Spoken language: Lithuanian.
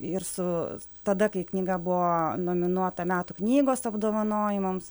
ir su tada kai knyga buvo nominuota metų knygos apdovanojimams